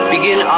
Begin